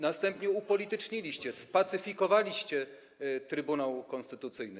Następnie upolityczniliście, spacyfikowaliście Trybunał Konstytucyjny.